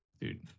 Dude